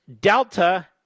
Delta